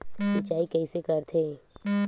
सिंचाई कइसे करथे?